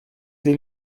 sie